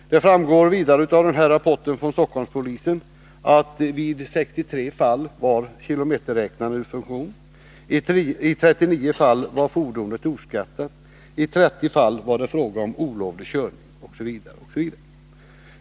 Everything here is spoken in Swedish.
Det framgår vidare av denna rapport från Stockholmspolisen att i 63 fall var kilometerräknaren ur funktion. I 39 fall var fordonet oskattat. I 30 fall var det fråga om olaglig körning osv.